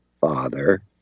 father